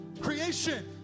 Creation